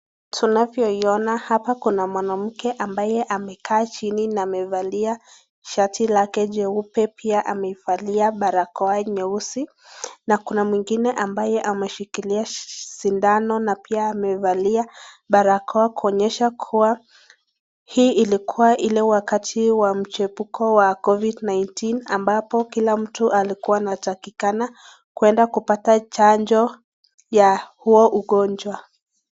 Tunapoiyona hapa kuna mwanamke na amevalia shati lake jeupe, amevalia barakoa nyeusi na kuna mwingine ameshikilia shindano na amevalia barakoa kuonyesha kuwa hii ile ilikuwa wakati wa COVID-19,ampapo Kila mtu anatakikana kwenda kupata chanjo ya huo ugonjwa.